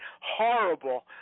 horrible